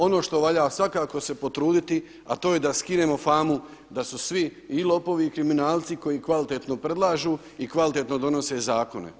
Ono što valja svakako se potruditi a to je da skinemo famu da su svi i lopovi i kriminalci koji kvalitetno predlažu i kvalitetno donose zakone.